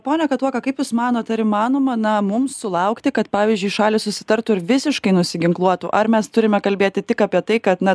pone katuoka kaip jūs manot ar įmanoma na mums sulaukti kad pavyzdžiui šalys susitartų ir visiškai nusiginkluotų ar mes turime kalbėti tik apie tai kad na